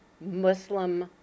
Muslim